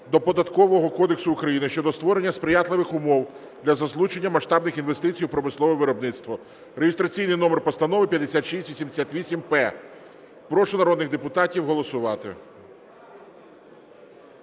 до Податкового кодексу України щодо створення сприятливих умов для залучення масштабних інвестицій у промислове виробництво" (реєстраційний номер Постанови 5688-П). Прошу народних депутатів голосувати.